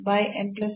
ಅಥವಾ x